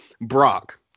Brock